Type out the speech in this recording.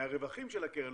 מהרווחים של הקרן,